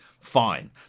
fine